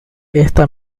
esta